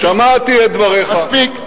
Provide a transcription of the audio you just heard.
מספיק.